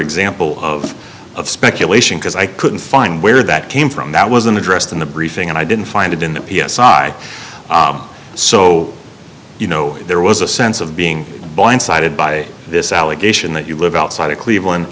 example of of speculation because i couldn't find where that came from that wasn't addressed in the briefing and i didn't find it in the p s i i so you know there was a sense of being blindsided by this allegation that you live outside of cleveland